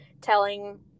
telling